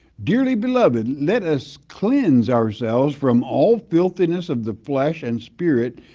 dearly beloved, let us cleanse ourselves from all filthiness of the flesh and spirit,